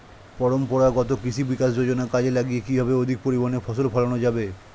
পরম্পরাগত কৃষি বিকাশ যোজনা কাজে লাগিয়ে কিভাবে অধিক পরিমাণে ফসল ফলানো যাবে?